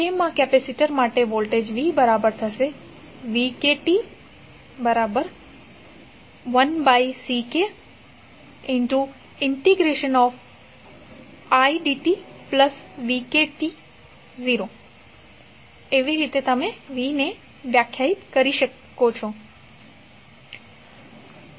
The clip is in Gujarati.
k મા કેપેસિટર માટે વોલ્ટેજ v vkt1Ckt0tidtvk તરીકે વ્યાખ્યાયિત કરી શકાય છે